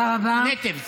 Natives.